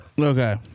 Okay